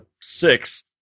six